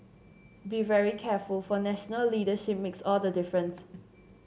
be very careful for national leadership makes all the difference